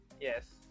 Yes